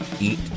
eat